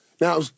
Now